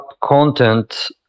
content